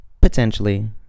Potentially